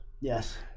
yes